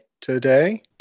today